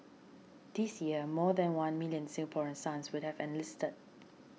this year more than one million Singaporean sons would have enlisted